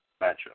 matchup